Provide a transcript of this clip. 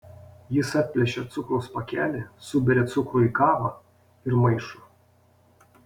jis atplėšia cukraus pakelį suberia cukrų į kavą ir maišo